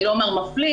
אני לא אומר מפלים,